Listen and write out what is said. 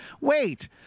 wait